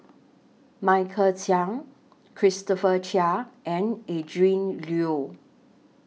Michael Chiang Christopher Chia and Adrin Loi